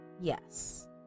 Yes